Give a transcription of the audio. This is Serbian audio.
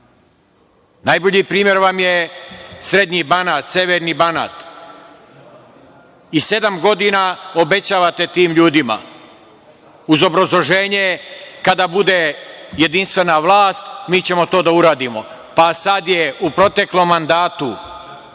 Najbolji primer vam je srednji Banat, severni Banat. I sedam godina obećavate tim ljudima, uz obrazloženje kada bude jedinstvena vlast, mi ćemo to da uradimo. Pa, sad je u proteklom mandatu